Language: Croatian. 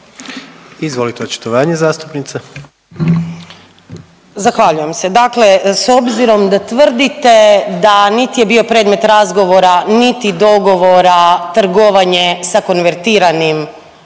**Benčić, Sandra (Možemo!)** Zahvaljujem se. Dakle, s obzirom da tvrdite da niti je bio predmet razgovora, niti dogovora trgovanje sa konvertiranim kreditima